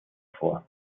vor